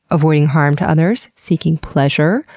avoiding harm to others, seeking pleasure,